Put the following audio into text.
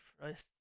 Christ